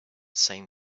same